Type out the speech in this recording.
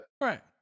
Right